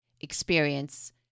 experience